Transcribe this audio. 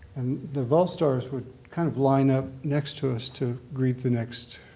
and the vol stars would kind of line up next to us to greet the next